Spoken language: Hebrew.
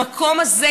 המקום הזה,